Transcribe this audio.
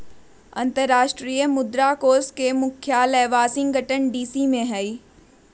अंतरराष्ट्रीय मुद्रा कोष के मुख्यालय वाशिंगटन डीसी में हइ